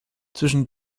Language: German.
zwischen